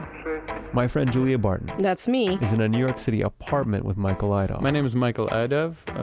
my friend julia barton, that's me is in a new york city apartment with michael idov. my name is michael idov,